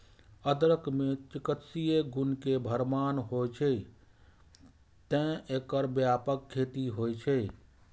अदरक मे चिकित्सीय गुण के भरमार होइ छै, तें एकर व्यापक खेती होइ छै